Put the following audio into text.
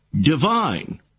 divine